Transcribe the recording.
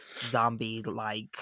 zombie-like